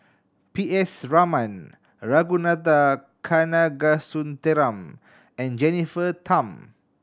P S Raman Ragunathar Kanagasuntheram and Jennifer Tham